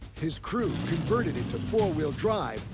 his crew converted it to four-wheel drive,